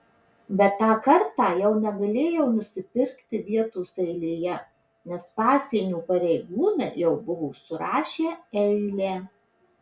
bet tą kartą jau negalėjau nusipirkti vietos eilėje nes pasienio pareigūnai jau buvo surašę eilę